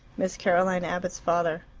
miss caroline abbott's father.